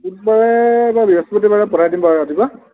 বুধবাৰে বা বৃহস্পতিবাৰে পঠাই দিম বাৰু ৰাতিপুৱা